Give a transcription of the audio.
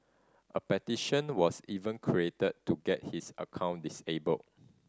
a petition was even created to get his account disabled